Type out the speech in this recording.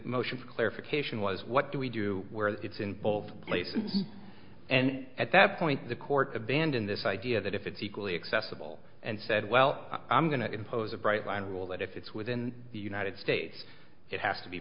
motion for clarification was what do we do where it's in bold plates and at that point the court abandon this idea that if it's equally accessible and said well i'm going to impose a bright line rule that if it's within the united states it has to be